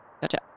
Gotcha